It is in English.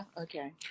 Okay